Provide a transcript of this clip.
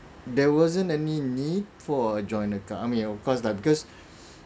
there wasn't any need for a joint account I mean of course lah because